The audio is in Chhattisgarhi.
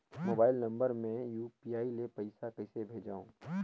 मोबाइल नम्बर मे यू.पी.आई ले पइसा कइसे भेजवं?